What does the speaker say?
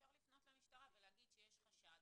אפשר לפנות למשטרה ולהגיד שיש חשד,